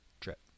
trip